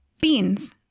Beans